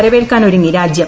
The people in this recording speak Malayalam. വരവേൽക്കാനൊരുങ്ങി രാജ്യം